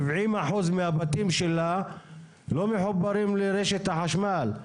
70% מהבתים שלה לא מחוברים לרשת החשמל.